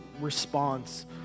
response